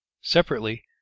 Separately